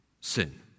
sin